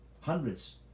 hundreds